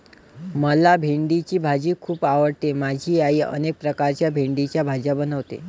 मला भेंडीची भाजी खूप आवडते माझी आई अनेक प्रकारच्या भेंडीच्या भाज्या बनवते